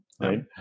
Right